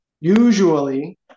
Usually